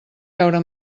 veure